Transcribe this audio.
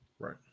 Right